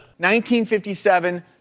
1957